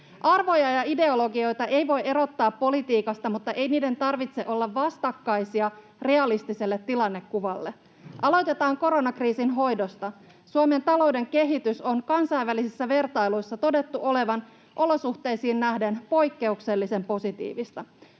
Arvoja ja ideologioita ei voi erottaa politiikasta, mutta ei niiden tarvitse olla vastakkaisia realistiselle tilannekuvalle. Aloitetaan koronakriisin hoidosta. Suomen talouden kehityksen on kansainvälisissä vertailuissa todettu olevan olosuhteisiin nähden poikkeuksellisen positiivista.